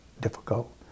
difficult